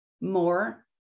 more